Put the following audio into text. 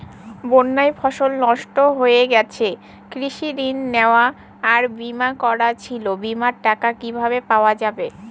বন্যায় ফসল নষ্ট হয়ে গেছে কৃষি ঋণ নেওয়া আর বিমা করা ছিল বিমার টাকা কিভাবে পাওয়া যাবে?